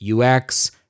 UX